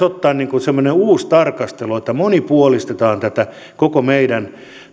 ottaa semmoinen uusi tarkastelu että monipuolistetaan tätä koko meidän